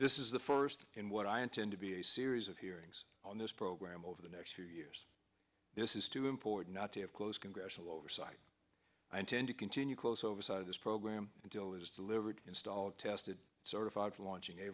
this is the first in what i intend to be a series of hearings on this program over the next few years this is too important not to have close congressional oversight i intend to continue close oversight of this program until it is delivered installed tested certified for launching a